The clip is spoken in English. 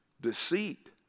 deceit